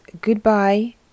Goodbye